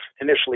initially